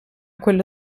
quello